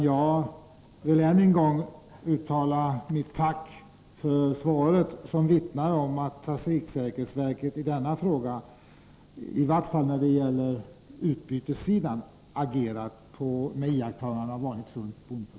Jag vill än en gång uttala mitt tack för svaret, som vittnar om att trafiksäkerhetsverket i detta ärende — i vart fall när det gäller utbytessidan — agerat med iakttagande av vanligt sunt bondförnuft.